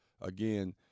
again